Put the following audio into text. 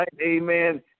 Amen